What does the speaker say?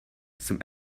some